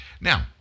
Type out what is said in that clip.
Now